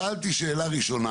השאלה הראשונה